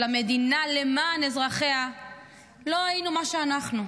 המדינה למען אזרחיה לא היינו מה שאנחנו.